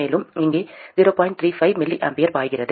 35 mA பாய்கிறது